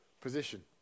position